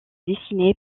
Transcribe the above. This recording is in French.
dessiné